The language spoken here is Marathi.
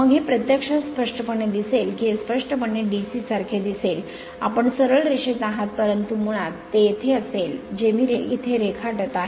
मग हे प्रत्यक्षात स्पष्टपणे दिसेल की हे स्पष्टपणे DC सारखे दिसेल आपण सरळ रेषेत आहात परंतु मुळात ते येथे असेल जे मी येथे रेखाटत आहे